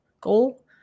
goal